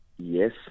Yes